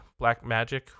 Blackmagic